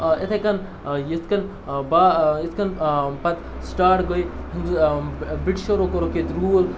آ یِتھَے کَنۍ یِتھ کٔنۍ یِتھ کٔنۍ پَتہٕ سٹاٹ گٔے بِرٛٹشَرو کوٚرُکھ ییٚتہِ روٗل